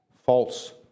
false